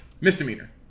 misdemeanor